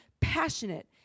passionate